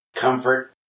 comfort